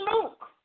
Luke